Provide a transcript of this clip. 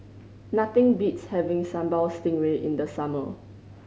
nothing beats having Sambal Stingray in the summer